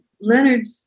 Leonard